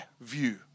view